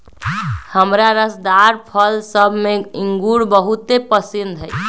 हमरा रसदार फल सभ में इंगूर बहुरे पशिन्न हइ